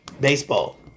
baseball